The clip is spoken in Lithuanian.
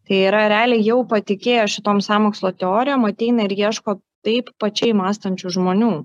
tai yra realiai jau patikėjo šitom sąmokslo teorijom ateina ir ieško taip pačiai mąstančių žmonių